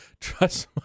trust